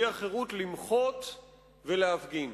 החירות למחות ולהפגין.